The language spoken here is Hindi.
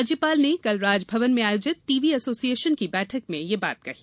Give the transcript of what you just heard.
राज्यपाल ने कल राजभवन में आयोजित टीबी एसोसियेशन की बैठक में यह बात कही